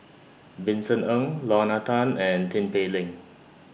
Vincent Ng Lorna Tan and Tin Pei Ling